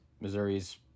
Missouri's